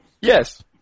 Yes